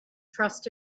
trust